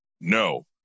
No